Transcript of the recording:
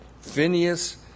Phineas